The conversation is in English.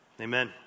Amen